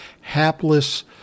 hapless